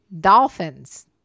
dolphins